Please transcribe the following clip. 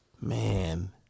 Man